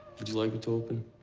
would you like me to open?